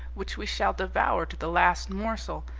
which we shall devour to the last morsel,